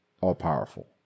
all-powerful